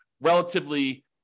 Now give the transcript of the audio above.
relatively